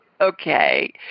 Okay